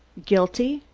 guilty?